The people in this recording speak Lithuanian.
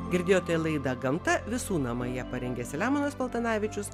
girdėjote laidą gamta visų namai ją parengė selemonas paltanavičius